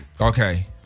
okay